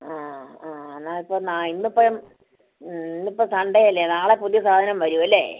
ആ ആ ആ എന്നാൽ ഇപ്പോൾ ആ ഇന്ന് ഇപ്പം ഇന്ന് ഇപ്പോൾ സൺഡേ അല്ലേ നാളെ പുതിയ സാധനം വരും അല്ലേ